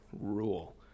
rule